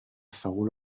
soul